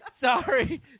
sorry